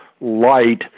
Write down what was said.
light